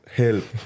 help